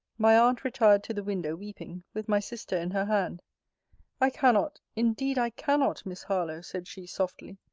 my aunt retired to the window, weeping, with my sister in her hand i cannot, indeed i cannot, miss harlowe, said she, softly,